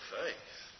faith